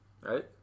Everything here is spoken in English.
right